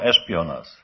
espionage